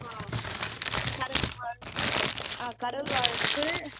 ஆ கடவுள் வாழ்த்து ஆ கடவுள் வாழ்த்து